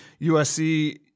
USC